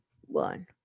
one